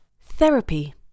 Therapy